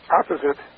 opposite